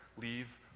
leave